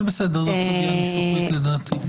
אבל זו סוגיה ניסוחית לדעתי.